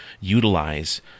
utilize